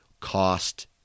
cost